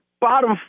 bottom